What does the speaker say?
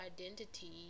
identity